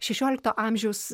šešiolikto amžiaus